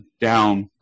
down